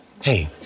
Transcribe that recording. Hey